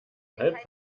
halb